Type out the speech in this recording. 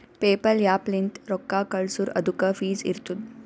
PayPal app ಲಿಂತ್ ರೊಕ್ಕಾ ಕಳ್ಸುರ್ ಅದುಕ್ಕ ಫೀಸ್ ಇರ್ತುದ್